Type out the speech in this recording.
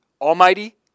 Almighty